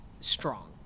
strong